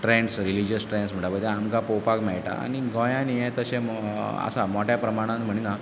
trends religious trends म्हणटा पय तें आमकां पोवपाक मेळटा आनी गोंयान हें तशें आसा मोठ्या प्रमाणान म्हणिना